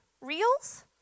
reels